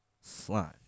Slime